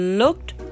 looked